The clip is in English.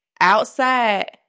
outside